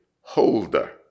holder